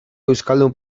euskaldun